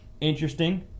interesting